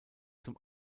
zum